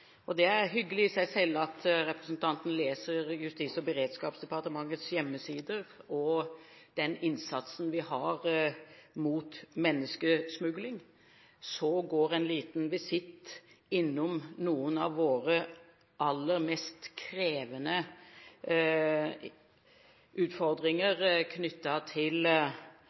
og beredskapsdepartementets hjemmesider – det er hyggelig i seg selv at representanten leser dem – og den innsatsen vi har mot menneskesmugling, så har han en liten visitt innom noen av våre aller mest krevende utfordringer knyttet til